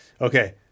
okay